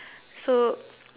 so